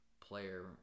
player